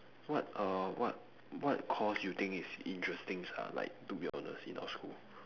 what err what what course you think is interesting sia like to be honest in our school